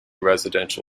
residential